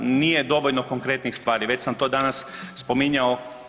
Nije dovoljno konkretnih stvari, već sam to danas spominjao.